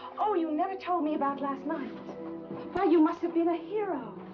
oh, you never told me about last night! why, you must have been a hero!